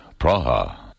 Praha